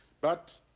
but.